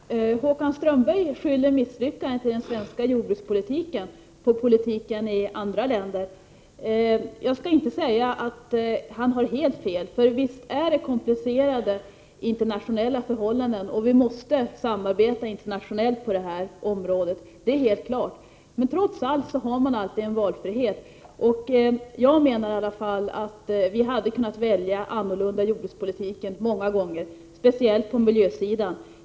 Herr talman! Håkan Strömberg skyller misslyckandet i den svenska jordbrukspolitiken på politiken i andra länder. Jag kan inte säga att han har helt fel, för visst är det komplicerade internationella förhållanden, och att vi måste samarbeta internationellt på det här området är helt klart. Men trots allt har man alltid en valfrihet. Jag menar i alla fall att vi många gånger hade kunnat välja annorlunda inom jordbrukspolitiken, speciellt på miljösidan.